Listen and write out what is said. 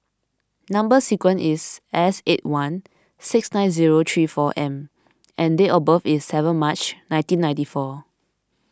Number Sequence is S eight one six nine zero three four M and date of birth is seven March nineteen ninety four